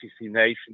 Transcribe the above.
Nation